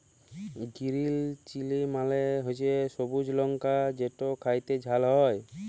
গিরিল chilli মালে হছে সবুজ লংকা যেট খ্যাইতে ঝাল হ্যয়